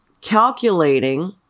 calculating